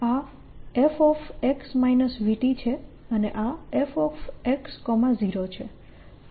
આ f છે અને આ fx0 છે